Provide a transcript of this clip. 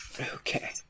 Okay